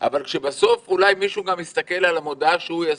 אבל כשבסוף אולי מישהו גם יסתכל על המודעה שהוא ישים,